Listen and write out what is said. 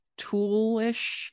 toolish